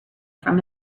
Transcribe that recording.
from